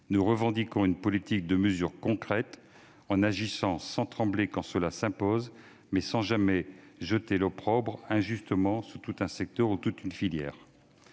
nous revendiquons une politique de mesures concrètes, en agissant sans trembler quand cela s'impose, mais sans jamais jeter injustement l'opprobre sur tout un secteur ou toute une filière.